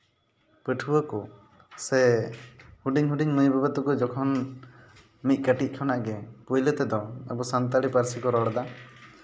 ᱯᱟᱹᱴᱷᱩᱣᱟᱹ ᱠᱚ ᱥᱮ ᱦᱩᱰᱤᱧ ᱦᱩᱰᱤᱧ ᱢᱟᱹᱭ ᱵᱟᱹᱵᱩ ᱛᱟᱠᱚ ᱡᱚᱠᱷᱚᱱ ᱢᱤᱫ ᱠᱟᱹᱴᱤᱡ ᱠᱷᱚᱱᱟᱜ ᱜᱮ ᱯᱳᱭᱞᱳ ᱛᱮᱫᱚ ᱟᱵᱚ ᱥᱟᱱᱛᱟᱲᱤ ᱯᱟᱹᱨᱥᱤ ᱠᱚ ᱨᱚᱲ ᱮᱫᱟ